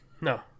No